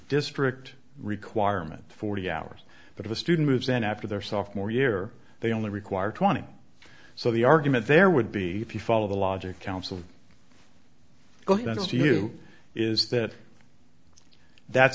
district requirement forty hours but a student moves in after their sophomore year they only require twenty so the argument there would be if you follow the logic counsel that's to you is that that